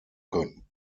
können